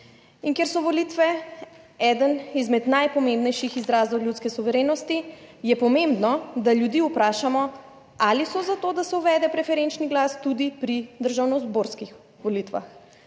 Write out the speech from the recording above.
In ker so volitve eden izmed najpomembnejših izrazov ljudske suverenosti, je pomembno, da ljudi vprašamo, ali so za to, da se uvede preferenčni glas tudi pri državnozborskih volitvah.